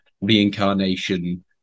reincarnation